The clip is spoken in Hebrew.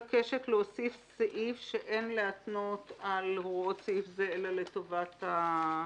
להוסיף סעיף שאין להתנות על הוראות סעיף זה אלא לטובת הלקוח,